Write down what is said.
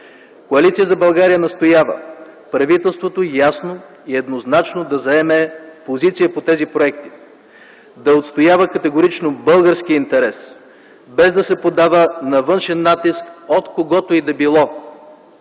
Коалиция за България настоява правителството ясно и еднозначно да заеме позиция по тези проекти, да отстоява категорично българския интерес без да се поддава на външен натиск от когото и да било.